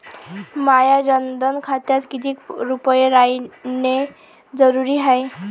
माह्या जनधन खात्यात कितीक रूपे रायने जरुरी हाय?